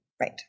Right